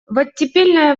оттепельное